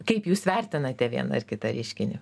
kaip jūs vertinate vieną ar kitą reiškinį